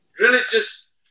religious